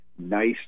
nice